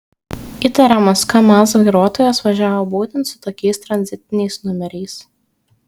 įtariamas kamaz vairuotojas važiavo būtent su tokiais tranzitiniais numeriais